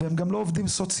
והם גם לא עובדים סוציאליים.